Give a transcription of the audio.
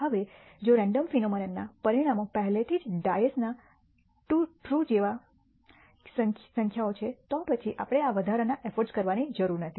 હવે જો રેન્ડમ ફિનોમનનનાં પરિણામો પહેલેથી જ ડાઇસના ટ્રૂ જેવી સંખ્યાઓ છે તો પછી આપણે આ વધારાના એફર્ટ કરવાની જરૂર નથી